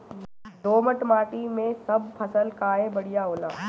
दोमट माटी मै सब फसल काहे बढ़िया होला?